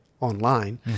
online